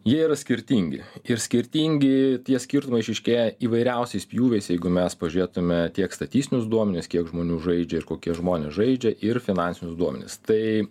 jie yra skirtingi ir skirtingi tie skirtumai išryškėja įvairiausiais pjūviais jeigu mes pažiūrėtume tiek statistinius duomenis kiek žmonių žaidžia ir kokie žmonės žaidžia ir finansinius duomenis tai